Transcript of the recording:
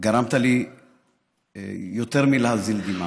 גרמת לי יותר מלהזיל דמעה.